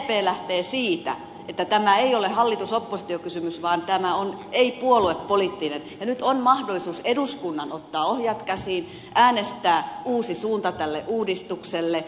sdp lähtee siitä että tämä ei ole hallitusoppositio kysymys vaan tämä on ei puoluepoliittinen kysymys ja nyt on mahdollisuus eduskunnalla ottaa ohjat käsiin äänestää uusi suunta tälle uudistukselle